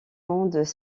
mondes